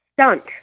Stunt